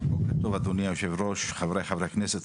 בוקר טוב, אדוני יושב הראש, חברי הכנסת.